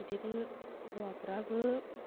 बिदिनो हवाफ्राबो